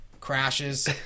crashes